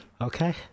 Okay